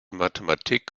mathematik